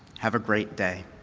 have a great day.